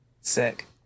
Sick